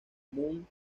moon